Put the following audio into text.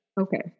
okay